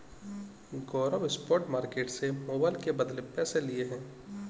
गौरव spot market से mobile के बदले पैसे लिए हैं